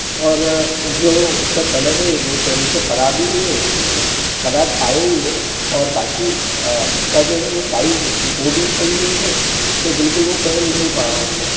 और जो उसका कलर है वो पहले से खराब ही है मतलब खराब आया ही है और बाकी उसका जो है वो साइज़ वो भी सही नहीं है तो बिल्कुल वो पहन नहीं पा रहा हूँ मैं